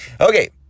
Okay